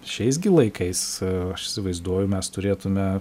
šiais gi laikais aš įsivaizduoju mes turėtume